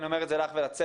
אני אומר את זה לך ולצוות